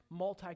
multicultural